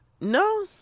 No